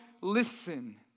listen